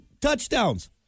touchdowns